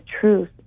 truth